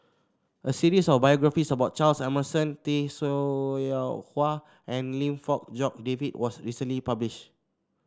a series of biographies about Charles Emmerson Tay Seow Huah and Lim Fong Jock David was recently publish